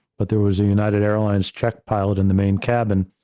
but there was united airlines check pilot in the main cabin,